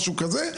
משהו כזה,